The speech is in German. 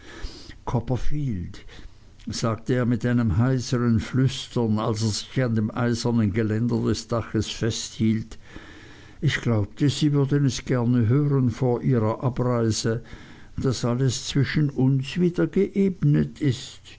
copperfield sagte er mit einem heiseren flüstern als er sich an dem eisernen geländer des daches festhielt ich glaubte sie würden es gerne hören vor ihrer abreise daß alles zwischen uns wieder geebnet ist